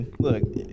Look